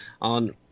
on